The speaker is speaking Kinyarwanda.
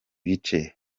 bice